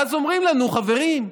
ואז אומרים לנו: חברים,